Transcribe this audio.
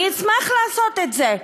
אני אשמח לעשות את זה.